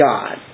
God